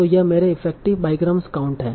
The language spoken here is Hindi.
तों यह मेरे इफेक्टिव बाईग्राम काउंट्स हैं